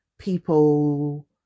people